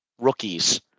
rookies